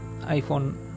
iphone